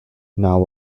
now